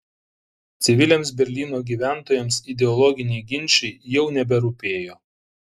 civiliams berlyno gyventojams ideologiniai ginčai jau neberūpėjo